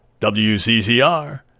WCCR